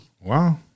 Wow